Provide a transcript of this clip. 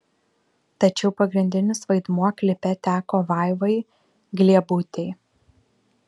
tačiau pagrindinis vaidmuo klipe teko vaivai gliebutei